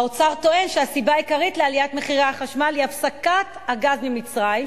האוצר טוען שהסיבה העיקרית לעליית מחירי החשמל היא הפסקת הגז ממצרים,